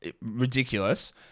Ridiculous